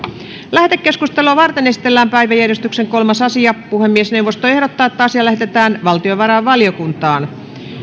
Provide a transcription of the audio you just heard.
lähetekeskustelua varten esitellään päiväjärjestyksen kolmas asia puhemiesneuvosto ehdottaa että asia lähetetään valtiovarainvaliokuntaan